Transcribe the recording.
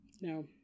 no